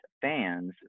fans